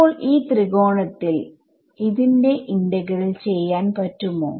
ഇപ്പോൾ ഈ ത്രികോണത്തിൽ ന്റെ ഇന്റഗ്രൽ ചെയ്യാൻ പറ്റുമോ